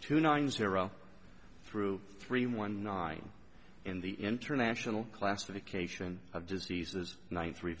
two nine zero through three one nine in the international classification of diseases one three